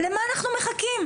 למה אנחנו מחכים?